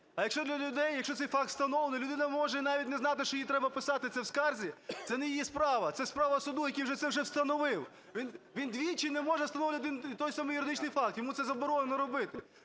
А, якщо для людей, якщо цей факт встановлений, людина може навіть не знати, що її треба писати це в скарзі. Це не її справа, це справа суду, який вже це вже встановив. Він двічі не може створювати один і той самий юридичний факт, йому це заборонено робити.